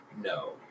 No